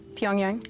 pyongyang.